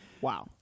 wow